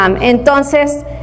Entonces